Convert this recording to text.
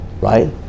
right